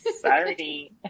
Sorry